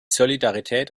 solidarität